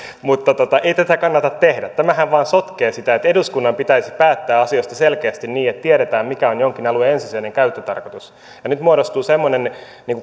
mutta ei tätä kannata tehdä tämähän vain sotkee sitä että eduskunnan pitäisi päättää asioista selkeästi niin että tiedetään mikä on jonkin alueen ensisijainen käyttötarkoitus ja nyt muodostuu semmoinen